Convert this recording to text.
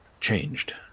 changed